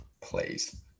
Please